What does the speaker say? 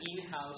in-house